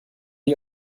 die